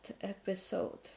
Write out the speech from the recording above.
episode